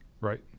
Right